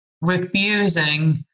refusing